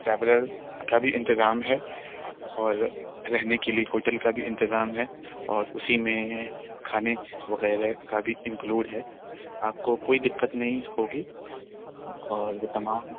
traveller کا بھی اِنتظام ہے اور رہنے کے لئے ہوٹل کا بھی اِنتظام ہے اور اُسی میں کھانے وغیرہ کا بھی اِنکلوڈ ہے آپ کو کوئی دِقت نہیں ہو گی اور وہ تمام